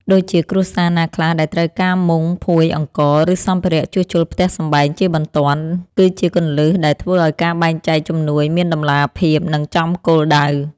ដូចជាគ្រួសារណាខ្លះដែលត្រូវការមុង ភួយ អង្ករ ឬសម្ភារៈជួសជុលផ្ទះសម្បែងជាបន្ទាន់ គឺជាគន្លឹះដែលធ្វើឱ្យការបែងចែកជំនួយមានតម្លាភាព និងចំគោលដៅ។